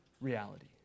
reality